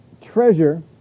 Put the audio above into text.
treasure